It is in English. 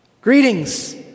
Greetings